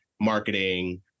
marketing